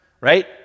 right